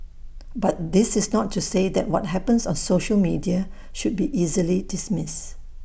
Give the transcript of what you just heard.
but this is not to say that what happens on social media should be easily dismissed